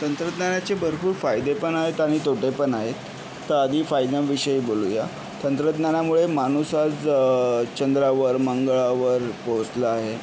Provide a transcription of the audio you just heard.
तंत्रज्ञानाचे भरपूर फायदे पण आहेत आणि तोटे पण आहेत तर आधी फायद्यांविषयी बोलू या तंत्रज्ञानामुळे माणूस आज चंद्रावर मंगळावर पोहोचला आहे